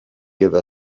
give